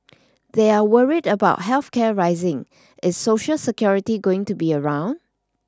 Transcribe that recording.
they're worried about health care rising is Social Security going to be around